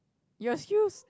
your skills